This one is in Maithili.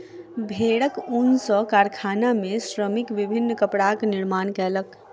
भेड़क ऊन सॅ कारखाना में श्रमिक विभिन्न कपड़ाक निर्माण कयलक